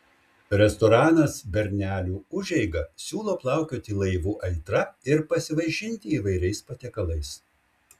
restoranas bernelių užeiga siūlo plaukioti laivu aitra ir pasivaišinti įvairiais patiekalais